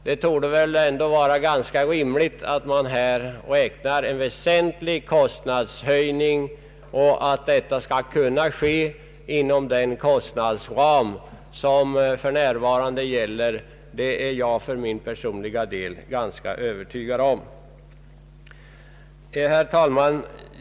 Det torde ändå vara ganska rimligt att man här räknar med en väsentlig kostnadshöjning, och att denna skall kunna ske inom den kostnadsram som för närvarande gäller är jag för min personliga del ganska övertygad om. Herr talman!